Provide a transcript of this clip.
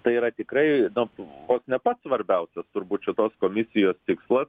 tai yra tikrai nu vos ne pats svarbiausias turbūt šitos komisijos tikslas